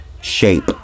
shape